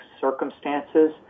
circumstances